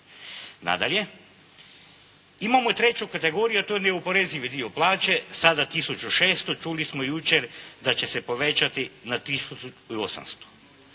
Nadalje, imamo i treću kategoriju a to je neoporezivi dio plaće, sada 1600, čuli smo jučer da će se povećati na 1800.